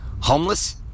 homeless